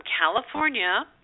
California